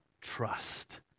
trust